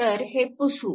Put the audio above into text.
तर हे पुसू